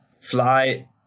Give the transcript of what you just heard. fly